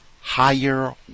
higher